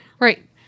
Right